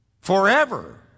forever